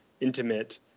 intimate